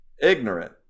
ignorant